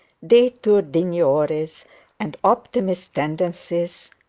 detur digniori's and optimist tendencies?